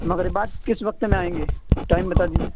مغرب بعد کس وقت میں آئیں گے ٹائم بتا دیجیے